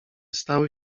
stały